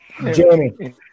Jeremy